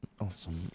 Awesome